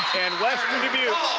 and western dubuque